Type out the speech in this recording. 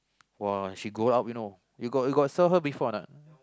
!wah! she grow up you know you got you got saw her before or not